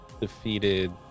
defeated